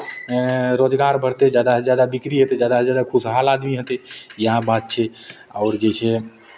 रोजगार बढ़तै जादासँ जादा बिक्री हेतै जादासँ जादा खुशहाल आदमी हेतै इएह बात छै आओर जे छै